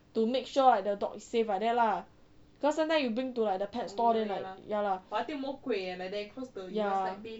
to make sure like the dog is safe like that lah because sometimes you bring to like the pet store like ya lah ya